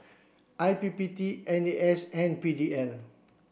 I P P T N A S and P D L